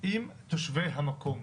עם תושבי המקום.